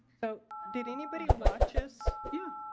so did anybody watch us? yeah.